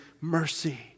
mercy